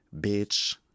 bitch